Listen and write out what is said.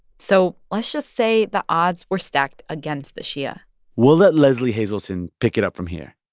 so let's just say the odds were stacked against the shia we'll that lesley hazleton pick it up from here